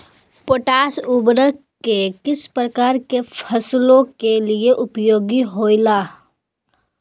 Potash उर्वरक को किस प्रकार के फसलों के लिए उपयोग होईला?